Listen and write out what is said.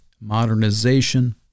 modernization